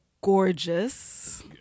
gorgeous